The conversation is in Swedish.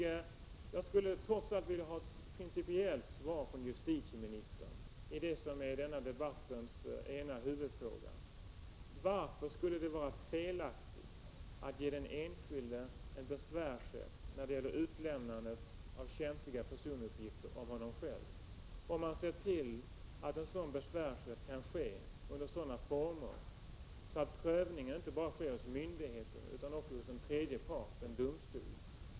Jag skulle trots allt vilja ha ett principiellt svar från justitieministern på denna debatts huvudfråga: Varför skulle det vara felaktigt att ge den enskilde en besvärsrätt när det gäller utlämnande av känsliga personuppgifter om honom själv, om man ser till att en sådan besvärsrätt ges sådana former att prövning inte bara sker hos myndigheten utan också hos en tredje part, vid domstol?